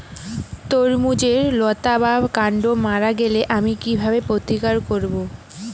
তরমুজের লতা বা কান্ড মারা গেলে আমি কীভাবে প্রতিকার করব?